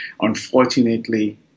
Unfortunately